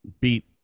beat